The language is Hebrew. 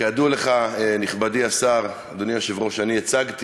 כידוע לך, נכבדי השר, אדוני היושב-ראש, אני הצגתי